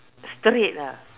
straight ah